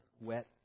wet